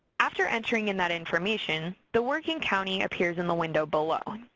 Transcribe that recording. after entering in that information, the working county appears in the window below.